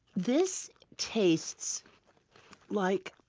this tastes like.